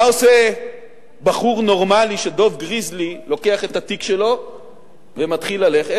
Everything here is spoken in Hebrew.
מה עושה בחור נורמלי שדוב גריזלי לוקח את התיק שלו ומתחיל ללכת?